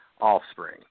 offspring